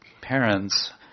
parents